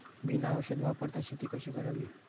बिना औषध वापरता शेती कशी करावी?